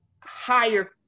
higher